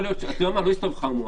אתה יודע מה, לא הסתובב לך המוח.